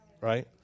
right